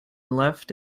left